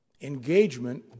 engagement